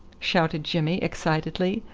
shouted jimmy excitedly.